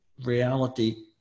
reality